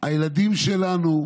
הילדים שלנו,